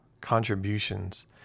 contributions